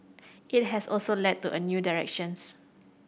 it has also led to a new directions